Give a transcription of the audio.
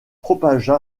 propagea